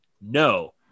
no